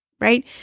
Right